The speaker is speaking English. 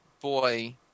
boy